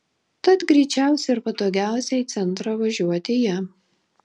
tad greičiausia ir patogiausia į centrą važiuoti ja